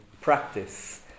practice